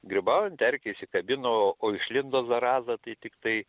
grybaujant erkė įsikabino o išlindo zaraza tai tiktai